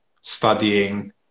studying